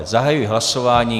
Zahajuji hlasování.